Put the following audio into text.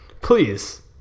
Please